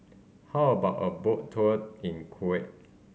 how about a boat tour in Kuwait